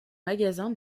magasin